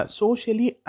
socially